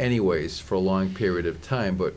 anyways for a long period of time but